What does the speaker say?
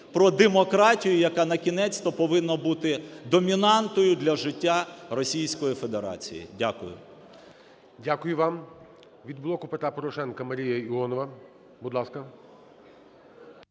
про демократію, яка накінець-то повинна бути домінантою для життя Російської Федерації. Дякую. ГОЛОВУЮЧИЙ. Дякую вам. Від "Блоку Петра Порошенка" Марія Іонова, будь ласка.